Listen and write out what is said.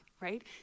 right